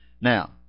Now